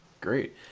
Great